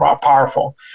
powerful